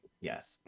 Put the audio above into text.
Yes